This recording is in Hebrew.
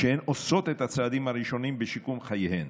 כשהן עושות את הצעדים הראשונים בשיקום חייהן,